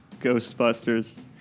Ghostbusters